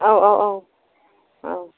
औ औ औ